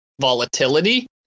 volatility